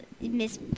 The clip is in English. Miss